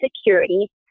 Security